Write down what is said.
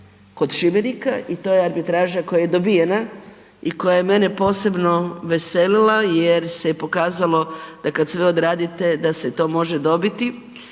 kod Šibenika i to je arbitraža koja je dobijena i koja je mene posebno veselila jer se i pokazalo da kada sve odradite da se to može dobiti